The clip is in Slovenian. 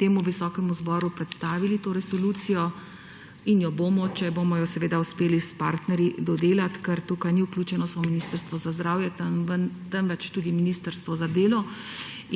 temu visokemu zboru predstavili to resolucijo, in jo bomo, če jo bomo uspeli s partnerji dodelati, ker tu ni vključeno samo ministrstvo za zdravje, temveč tudi ministrstvo za delo